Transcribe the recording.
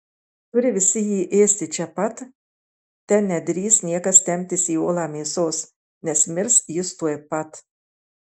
turi visi jį ėsti čia pat te nedrįs niekas temptis į olą mėsos nes mirs jis tuoj pat